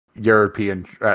European